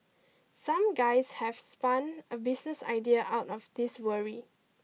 some guys have spun a business idea out of this worry